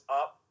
up